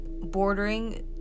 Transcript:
bordering